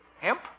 Hemp